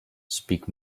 speak